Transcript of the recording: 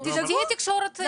שתהיה תקשורת.